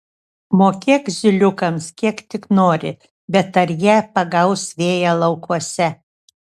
mokėk zyliukams kiek tik nori bet ar jie pagaus vėją laukuose